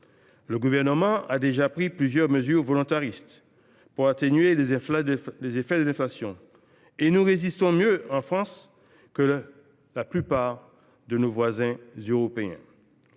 Le Gouvernement a déjà pris plusieurs mesures volontaristes pour atténuer les effets de l’inflation et nous résistons mieux en France que la plupart de nos voisins européens.